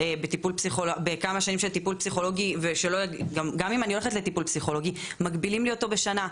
גם אם אני הולכת לטיפול פסיכולוגי מגבילים לי אותו בשנה,